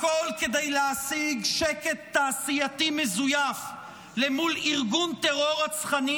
הכול כדי להשיג שקט תעשייתי מזויף למול ארגון טרור רצחני,